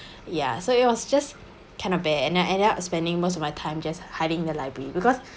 ya so it was just kind of bad and uh and I end up spending most of my time just hiding in the library because